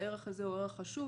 הערך הזה הוא ערך חשוב,